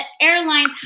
airlines